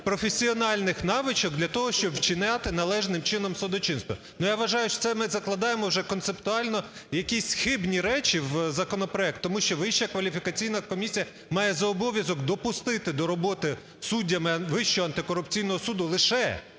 професійних навичок для того, щоб вчиняти належним чином судочинство. Я вважаю, що це ми закладаємо вже концептуально якісь хибні речі в законопроект, тому що Вища кваліфікаційна комісія має за обов'язок допустити до роботи суддями Вищого антикорупційного суду лише